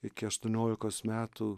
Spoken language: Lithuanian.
iki aštuoniolikos metų